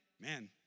man